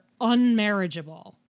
unmarriageable